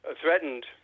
threatened